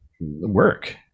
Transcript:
work